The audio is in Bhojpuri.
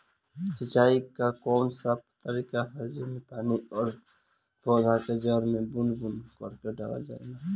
सिंचाई क कउन सा तरीका ह जेम्मे पानी और पौधा क जड़ में बूंद बूंद करके डालल जाला?